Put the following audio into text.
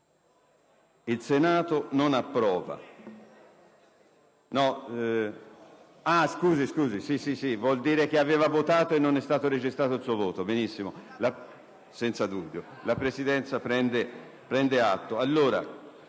**Il Senato non approva.**